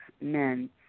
men